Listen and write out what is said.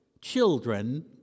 children